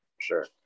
sure